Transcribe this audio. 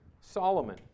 Solomon